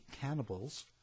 Cannibals